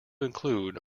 include